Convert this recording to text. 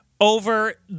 over